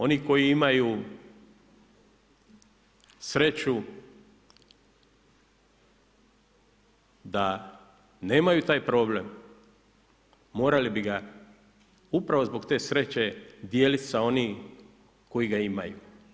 Oni koji imaju sreću da nemaju taj problem morali bi ga upravo zbog te sreće dijeliti s onim koji ga imaju.